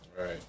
Right